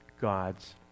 God's